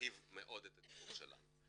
נרחיב מאוד את הדיבור שלנו.